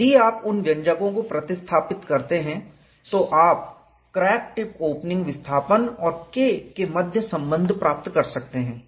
यदि आप उन व्यंजकों को प्रतिस्थापित करते हैं तो आप क्रैक टिप ओपनिंग विस्थापन और K के मध्य संबंध प्राप्त कर सकते हैं